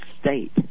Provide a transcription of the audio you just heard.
state